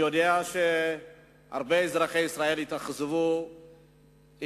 אני יודע שהרבה אזרחי ישראל התאכזבו אתמול